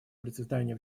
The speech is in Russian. процветания